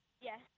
yes